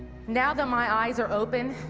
now that my eyes are open,